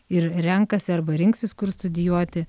ir renkasi arba rinksis kur studijuoti